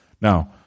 Now